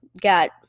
got